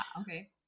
Okay